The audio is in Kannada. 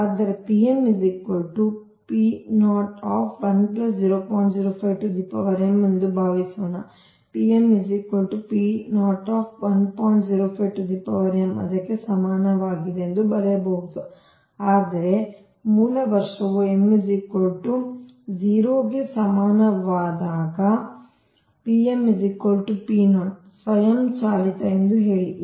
ಆದ್ದರಿಂದ ಎಂದು ಭಾವಿಸೋಣ ಅದಕ್ಕೆ ಸಮಾನವಾಗಿದೆ ಎಂದು ಬರೆಯಬಹುದು ಅಂದರೆ ಮೂಲ ವರ್ಷವು m 00 ಗೆ ಸಮಾನವಾದಾಗ ಸ್ವಯಂಚಾಲಿತ ಎಂದು ಹೇಳಿ